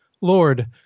Lord